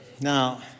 Now